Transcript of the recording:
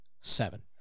seven